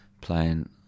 playing